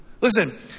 Listen